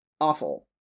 awful